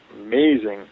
amazing